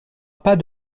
pas